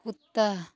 कुत्ता